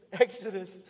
Exodus